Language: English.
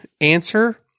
answer